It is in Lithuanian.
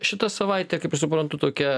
šita savaitė kaip aš suprantu tokia